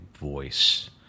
voice